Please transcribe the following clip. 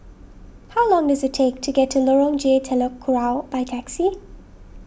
how long does it take to get to Lorong J Telok Kurau by taxi